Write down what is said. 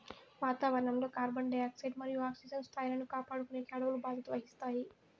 వాతావరణం లో carbon dioxide మరియు ఆక్సిజన్ స్థాయిలను కాపాడుకునేకి అడవులు బాధ్యత వహిస్తాయి